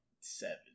seven